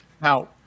Now